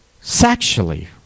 sexually